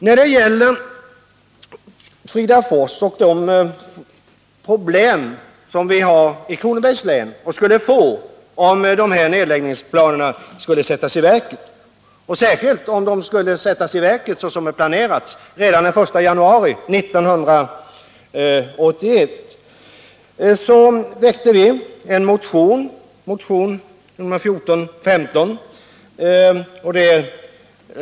När det gäller Fridafors och de problem som vi har och skulle få i Kronobergs län om de här nedläggningsplanerna skulle sättas i verket — och S rskilt om de skulle sättas i verket redan den 1 januari 1981 — har vi.